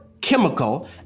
chemical